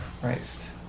christ